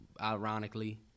ironically